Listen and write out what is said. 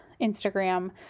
Instagram